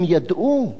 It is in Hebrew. הם ידעו,